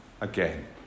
again